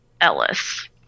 Ellis